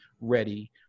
ready